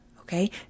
Okay